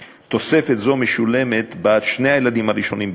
תוספת זו משולמת בעד שני הילדים הראשונים בלבד.